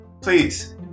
please